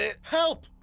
Help